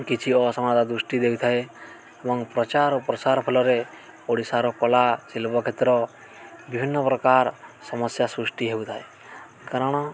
କିଛି ଅସମାନତା ଦୃଷ୍ଟି ଦେଇଥାଏ ଏବଂ ପ୍ରଚାର ଓ ପ୍ରସାର ଫଳରେ ଓଡ଼ିଶାର କଳା ଶିଳ୍ପ କ୍ଷେତ୍ର ବିଭିନ୍ନ ପ୍ରକାର ସମସ୍ୟା ସୃଷ୍ଟି ହେଉଥାଏ କାରଣ